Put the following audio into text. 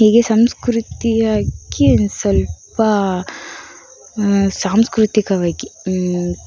ಹೀಗೆ ಸಂಸ್ಕೃತಿಯಕ್ಕೆ ಸ್ವಲ್ಪ ಸಾಂಸ್ಕೃತಿಕವಾಗಿ